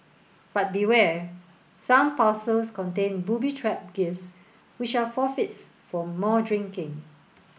but beware some parcels contain booby trap gifts which are forfeits for more drinking